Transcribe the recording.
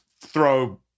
throw